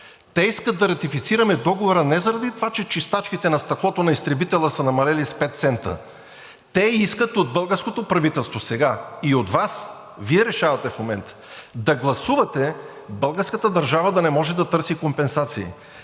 те искат да ратифицираме договора не заради това, че чистачките на стъклото на изтребителя са намалели с 5 цента. Те искат от българското правителство сега и от Вас, Вие решавате в момента, да гласувате българската държава да не може да търси компенсации.